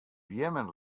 beammen